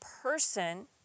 person